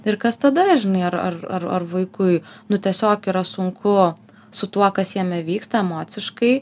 ir kas tada žinai ar ar ar ar vaikui nu tiesiog yra sunku su tuo kas jame vyksta emociškai